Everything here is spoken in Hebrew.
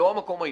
לא המקום היחיד,